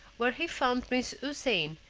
where he found prince houssain,